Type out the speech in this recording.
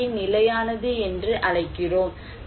அதையே நிலையானது என்று அழைக்கிறோம்